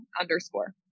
underscore